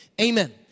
Amen